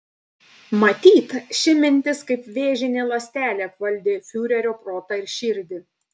matyt ši mintis kaip vėžinė ląstelė apvaldė fiurerio protą ir širdį